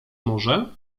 może